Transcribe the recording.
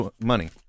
money